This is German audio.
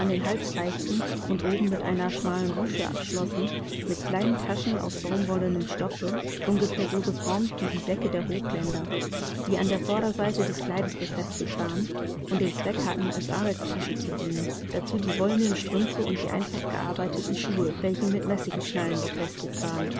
den hals reichten und oben mit einer schmalen rüsche abschlossen mit kleinen taschen aus baumwollenem stoffe ungefähr so geformt wie die säcke der hochländer die an der vorderseite des kleides befestigt waren und den zweck hatten als arbeitstasche zu dienen dazu die wollenen strümpfe und die einfach gearbeiteten schuhe welche mit messingschnallen befestigt waren